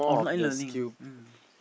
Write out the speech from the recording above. online learning mm